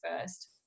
first